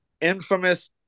infamous